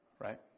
right